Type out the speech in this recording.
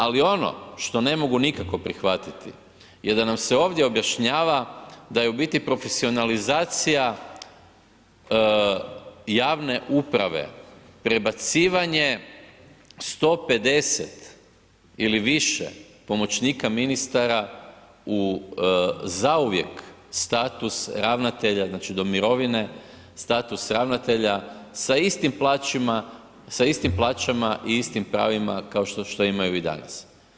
Ali ono što ne mogu nikako prihvatiti je da nam se ovdje objašnjava da je u biti profesionalizacija javne uprave, prebacivanje 150 ili pomoćnika ministara u zauvijek status ravnatelja, znači do mirovine, status ravnatelja sa istim plaćama i istim pravima kao što imaju i danas.